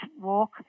walk